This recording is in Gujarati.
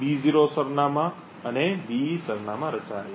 B0 સરનામાં અને BE સરનામાં રચાયેલા છે